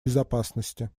безопасности